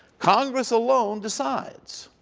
congress alone decides.